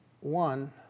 one